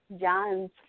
John's